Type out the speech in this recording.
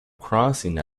crossing